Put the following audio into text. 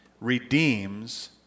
redeems